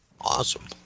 Awesome